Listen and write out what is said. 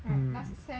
mm